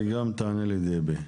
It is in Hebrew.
וגם תענה לדבי.